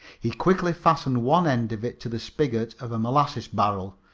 he quickly fastened one end of it to the spigot of a molasses barrel,